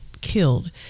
killed